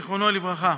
זיכרונו לברכה,